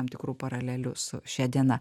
tam tikrų paralelių su šia diena